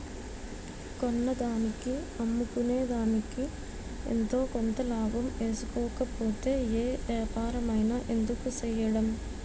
కొన్నదానికి అమ్ముకునేదికి ఎంతో కొంత లాభం ఏసుకోకపోతే ఏ ఏపారమైన ఎందుకు సెయ్యడం?